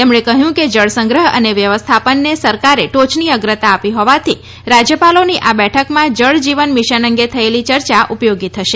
તેમણે કહ્યું કે જળ સંગ્રહ અને વ્યવસ્થાપનને સરકારે ટોચની અગ્રતા આપી હોવાથી રાજ્યપાલોની આ બેઠકમાં જળ જીવન મિશન અંગે થયેલી યર્ચા ઉપયોગી થશે